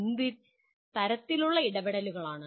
എന്ത് തരത്തിലുള്ള ഇടപെടലുകൾ ആണ്